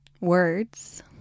words